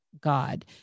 God